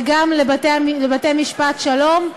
וגם לבתי-משפט שלום,